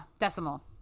decimal